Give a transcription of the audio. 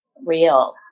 real